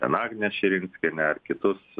ten agnę širinskienę ar kitus